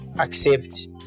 accept